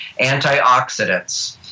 antioxidants